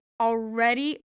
already